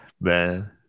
Man